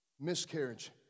Miscarriage